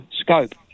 scope